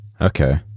Okay